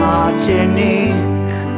Martinique